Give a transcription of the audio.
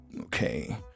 Okay